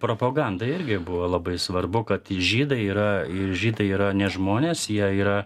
propoganda irgi buvo labai svarbu kad žydai yra žydai yra ne žmonės jie yra